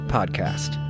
Podcast